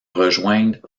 rejoindre